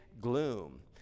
gloom